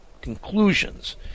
conclusions